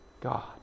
God